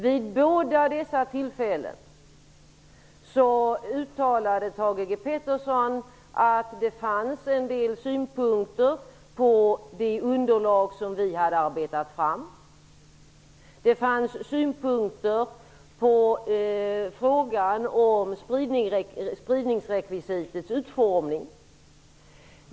Vid båda dessa tillfällen uttalade Thage G Peterson att det fanns en del synpunkter på det underlag som regeringen hade arbetat fram. Det fanns synpunkter på frågan om spridningrekvisitets utformning.